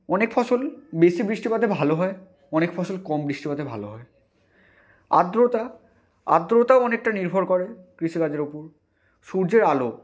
অনেক ফসল বেশি বৃষ্টিপাতে ভালো হয় অনেক ফসল কম বৃষ্টিপাতে ভালো হয় আর্দ্রতা আর্দ্রতাও অনেকটা নির্ভর করে কৃষিকাজের ওপর সূর্যের আলো